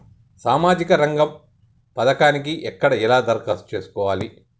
సామాజిక రంగం పథకానికి ఎక్కడ ఎలా దరఖాస్తు చేసుకోవాలి?